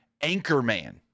Anchorman